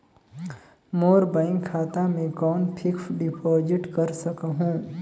मोर bank खाता मे कौन फिक्स्ड डिपॉजिट कर सकहुं?